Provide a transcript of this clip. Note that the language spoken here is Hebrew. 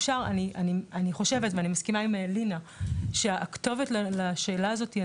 אני חושבת ואני מסכימה עם לינא שהכתובת לשאלה הזאתי,